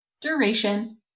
duration